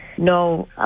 No